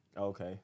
Okay